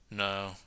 No